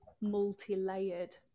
multi-layered